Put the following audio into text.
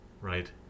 Right